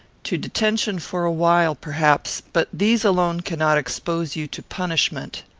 to detention for a while, perhaps. but these alone cannot expose you to punishment.